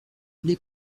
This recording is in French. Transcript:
les